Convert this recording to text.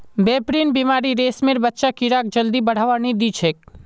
pebrine बीमारी रेशमेर बच्चा कीड़ाक जल्दी बढ़वा नी दिछेक